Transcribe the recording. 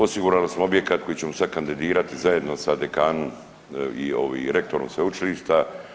Osigurali smo objekat koji ćemo sad kandidirati zajedno sa dekanom i rektorom sveučilišta.